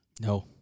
No